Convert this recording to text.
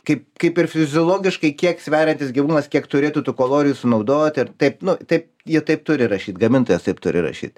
kaip kaip ir fiziologiškai kiek sveriantis gyvūnas kiek turėtų tų kolorijų sunaudoti ir taip nu taip jie taip turi rašyt gamintojas taip turi rašyt